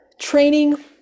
training